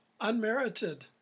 unmerited